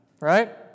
right